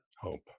Hope